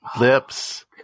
lips